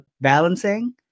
balancing